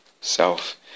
self